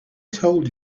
told